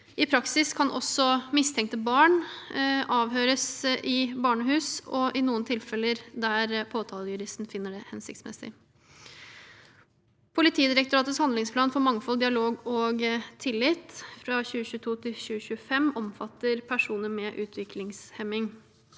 I praksis kan også mistenkte barn avhøres i barnehus og i noen tilfeller der påtalejuristen finner det hensiktsmessig. Politidirektoratets handlingsplan for mangfold, dialog og tillit, 2022–2025, omfatter personer med utviklingshemming.